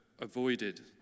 avoided